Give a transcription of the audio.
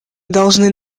должны